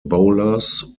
bowlers